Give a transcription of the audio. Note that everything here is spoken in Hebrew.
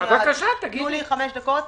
תנו לי חמש דקות.